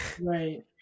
Right